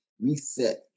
reset